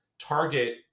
target